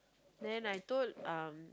then I told um